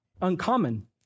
uncommon